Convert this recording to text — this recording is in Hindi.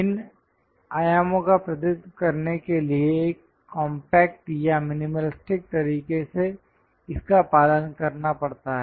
इन आयामों का प्रतिनिधित्व करने के लिए एक कॉम्पैक्ट या मिनिमलिस्टिक तरीके से इसका पालन करना पड़ता है